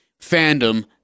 fandom